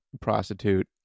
prostitute